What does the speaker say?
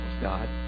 God